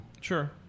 Sure